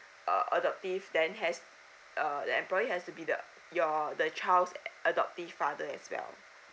uh adoptive then has uh the employee has to be the your the child adoptive father as well